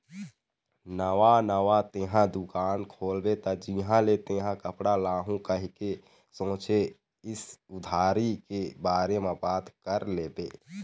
नवा नवा तेंहा दुकान खोलबे त जिहाँ ले तेंहा कपड़ा लाहू कहिके सोचें हस उधारी के बारे म बात कर लेबे